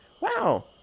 wow